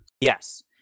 Yes